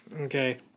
Okay